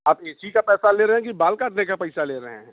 आप A C का पैसा ले रहे हैं कि बाल काटने का पइसा ले रहे हैं